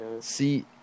See